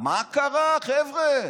מה קרה, חבר'ה?